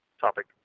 topic